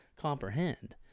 comprehend